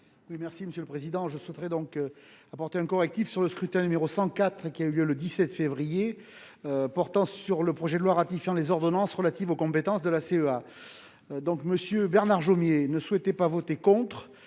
monsieur le président je souhaiterais donc apporter un correctif sur le scrutin, numéro 104 qui a eu lieu le 17 février portant sur le projet de loi ratifiant les ordonnances relatives aux compétences de la CEA, donc, monsieur Bernard Jomier ne souhaitait pas voter contre